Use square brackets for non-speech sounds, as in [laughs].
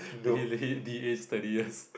[laughs] really D A study years